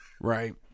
Right